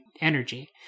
energy